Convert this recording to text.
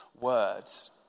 words